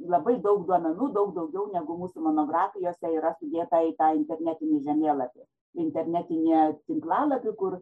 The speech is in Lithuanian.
labai daug duomenų daug daugiau negu mūsų monografijose yra sudėta į tą internetinį žemėlapį internetinį tinklalapį kur